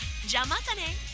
Jamatane